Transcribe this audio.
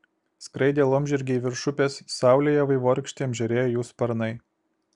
skraidė laumžirgiai virš upės saulėje vaivorykštėm žėrėjo jų sparnai